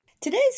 Today's